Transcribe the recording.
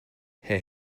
herr